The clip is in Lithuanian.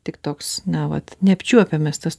tik toks na vat neapčiuopiamas tas